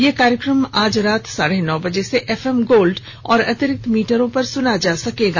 यह कार्यक्रम आज रात साढे नौ बजे से एफएम गोल्ड और अतिरिक्त मीटरों पर सुना जा सकता है